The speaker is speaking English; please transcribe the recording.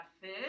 fish